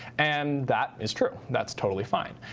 and that is true. that's totally fine.